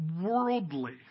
worldly